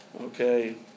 Okay